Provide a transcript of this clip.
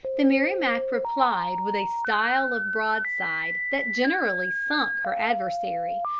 the merrimac replied with a style of broadside that generally sunk her adversary,